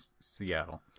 Seattle